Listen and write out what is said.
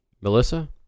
Melissa